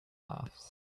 laughs